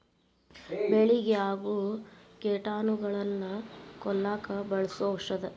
ಬೆಳಿಗೆ ಆಗು ಕೇಟಾನುಗಳನ್ನ ಕೊಲ್ಲಾಕ ಬಳಸು ಔಷದ